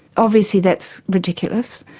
obviously that's ridiculous,